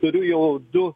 turiu jau du